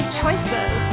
choices